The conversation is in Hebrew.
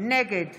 נגד